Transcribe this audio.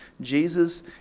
Jesus